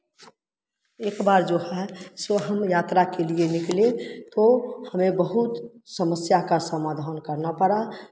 एक बार जो है सो हम यात्रा के लिए निकले तो हमें बहुत समस्या का समाधान करना पड़ा